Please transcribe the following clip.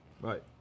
Right